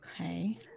Okay